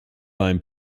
beim